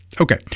Okay